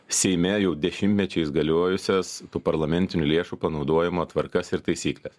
seime jau dešimtmečiais galiojusias parlamentinių lėšų panaudojimo tvarkas ir taisykles